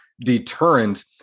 deterrent